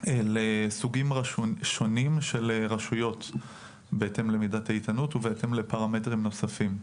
לסוגים שונים של רשויות בהתאם למידת האיתנות ובהתאם לפרמטרים נוספים.